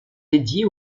dédiés